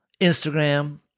Instagram